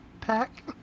Pack